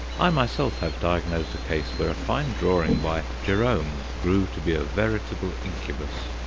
i myself have diagnosed a case where a fine drawing by gerome grew to be a veritable incubus.